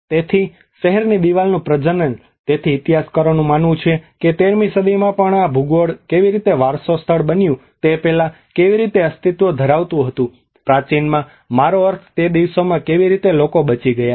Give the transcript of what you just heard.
તેથી શહેરની દિવાલનું પ્રજનન તેથી ઇતિહાસકારોનું માનવું છે કે 13 મી સદીમાં પણ આ ભૂગોળ કેવી રીતે વારસો સ્થળ બન્યું તે પહેલાં કેવી રીતે અસ્તિત્વ ધરાવતું હતું પ્રાચીનમાં મારો અર્થ તે દિવસોમાં કેવી રીતે લોકો બચી ગયા છે